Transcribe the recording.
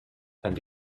and